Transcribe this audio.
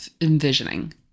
envisioning